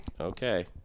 Okay